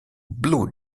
blue